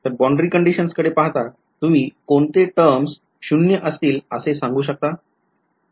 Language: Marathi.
तर boundary कंडिशन्स कडे पाहता तुम्ही कोणते टर्म्स शून्य ० असतील असे सांगू शकता